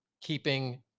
keeping-